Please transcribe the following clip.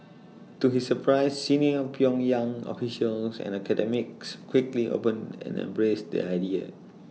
to his surprise senior pyongyang officials and academics quickly open and embraced the idea